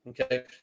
Okay